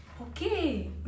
Okay